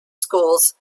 schools